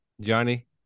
Johnny